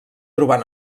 trobar